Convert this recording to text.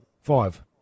Five